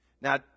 Now